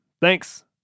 Thanks